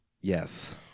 Yes